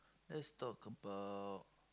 let's talk about